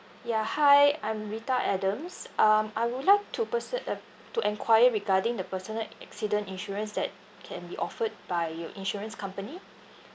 ya hi I'm rita adams um I would like to person~ uh to enquire regarding the personal accident insurance that can be offered by your insurance company